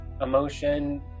emotion